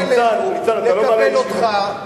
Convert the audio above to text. ניצן, תבוא אלינו, נקבל אותך.